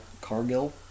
Cargill